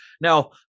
now